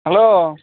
hello